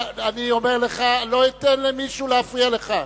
אני אומר לך, לא אתן למישהו להפריע לך.